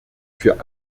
für